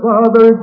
Father